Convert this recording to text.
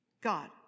God